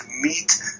meet